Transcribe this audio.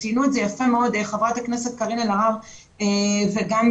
חברת הכנסת אימן ח'טיב יאסין, בבקשה.